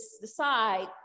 decide